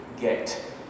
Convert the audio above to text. get